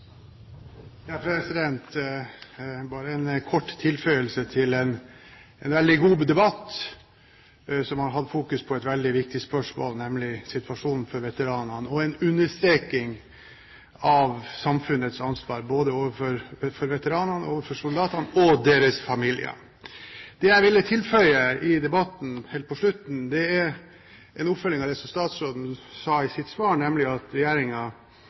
bare en kort tilføyelse til en veldig god debatt, som har hatt fokus på et veldig viktig spørsmål, nemlig situasjonen for veteranene og en understreking av samfunnets ansvar, både overfor veteranene, overfor soldatene – og deres familier. Det jeg vil tilføye i debatten helt på slutten, er en oppfølging av det som statsråden sa i sitt svar, nemlig at